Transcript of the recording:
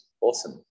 Awesome